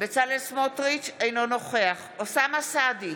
אינו נוכח אוסאמה סעדי,